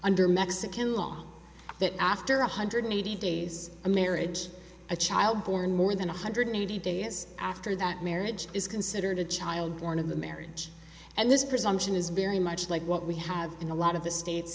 under mexican law that after one hundred eighty days a marriage a child born more than one hundred eighty days after that marriage is considered a child born of the marriage and this presumption is very much like what we have in a lot of the states